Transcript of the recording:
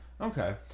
okay